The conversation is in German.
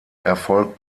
erfolg